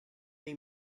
they